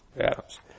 Adams